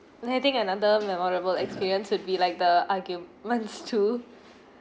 I think another memorable experience would be like the arguments too